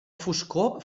foscor